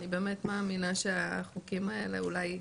אני באמת מאמינה שהחוקים האלה אולי יעברו.